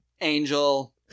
Angel